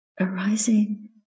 arising